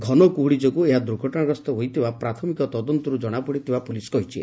ଘନକୁହୁଡି ଯୋଗୁଁ ଏହା ଦୁର୍ଘଟଣା ଗ୍ରସ୍ଠ ହୋଇଥିବା ପ୍ରାଥମିକ ତଦନ୍ତରୁ କଶାପଡିଥିବା ପୋଲିସ କହିଛନ୍ତି